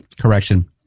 correction